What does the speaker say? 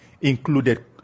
included